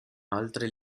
altre